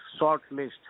shortlist